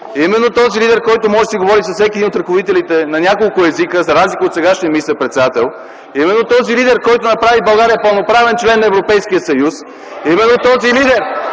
Именно този е лидерът, който може да си говори с всеки един от ръководителите на няколко езика, за разлика от сегашния министър-председател. Именно този е лидерът, който направи България пълноправен член на Европейския съюз (шум и възгласи